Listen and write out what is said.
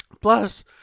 plus